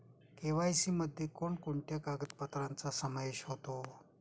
KYC मध्ये कोणकोणत्या कागदपत्रांचा समावेश होतो?